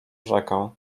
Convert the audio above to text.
rzekę